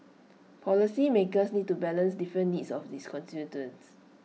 policymakers need to balance different needs of its constituents